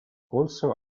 also